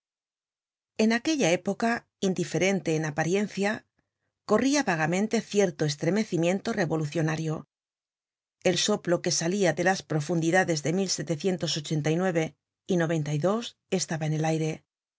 en aquella época indiferente en apariencia corria vagamente cierto estremecimiento revolucionario el soplo que salia de las profundidades de estaba en el aire